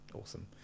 awesome